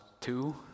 two